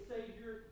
Savior